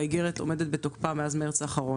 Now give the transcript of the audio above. האיגרת עומדת בתוקפה מאז מרץ האחרון.